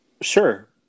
sure